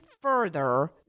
further